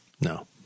no